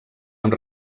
amb